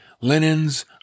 linens